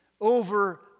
over